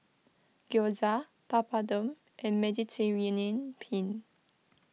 Gyoza Papadum and Mediterranean Penne